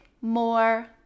more